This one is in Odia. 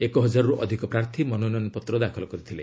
ଏକ ହଜାରରୁ ଅଧିକ ପ୍ରାର୍ଥୀ ମନୋନୟନପତ୍ର ଦାଖଲ କରିଥିଲେ